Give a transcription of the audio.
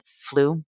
flu